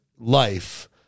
life